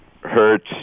Hertz